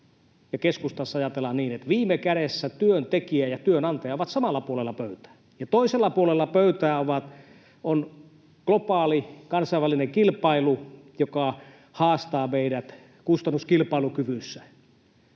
keskustassa ajatellaan niin — työntekijä ja työnantaja ovat samalla puolella pöytää, ja toisella puolella pöytää on globaali kansainvälinen kilpailu, joka haastaa meidät kustannuskilpailukyvyssä.